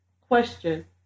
Question